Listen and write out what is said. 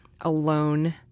alone